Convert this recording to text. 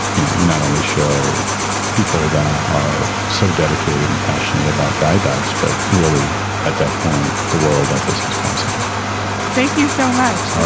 you know, you not only show people that are so dedicated and passionate about guide dogs, but really at that point, the world that this is possible thank you so much.